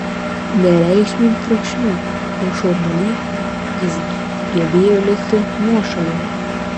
bereikšmiam triukšme ir šurmuly jis gebėjo likti nuošalėje